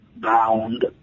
bound